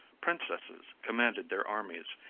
princesses commanded their armies,